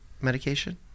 medication